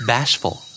Bashful